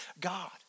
God